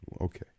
okay